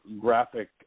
graphic